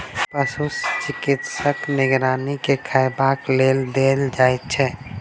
पशु चिकित्सकक निगरानी मे खयबाक लेल देल जाइत छै